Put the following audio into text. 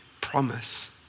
promise